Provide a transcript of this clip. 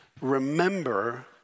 Remember